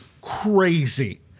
crazy